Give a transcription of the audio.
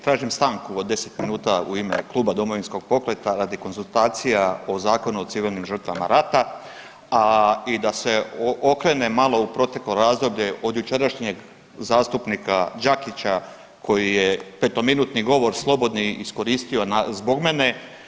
Tražim stanku od deset minuta u ime kluba Domovinskog pokreta radi konzultacija o Zakonu o civilnim žrtvama rata, a i da se okrenem malo u proteklo razdoblje od jučerašnjeg zastupnika Đakića koji je petominutni govor slobodni iskoristio zbog mene.